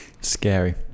Scary